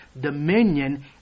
dominion